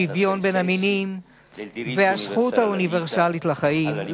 שוויון בין המינים והזכות האוניברסלית לחיים,